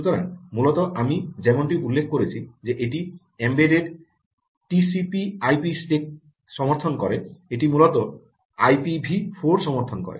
সুতরাং মূলত আমি যেমনটি উল্লেখ করেছি যে এটি এমবেডেড টিসিপি আইপি স্ট্যাকের TCPIP stack সমর্থন করে এটি মূলত আইপিভি 4 সমর্থন করে